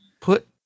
put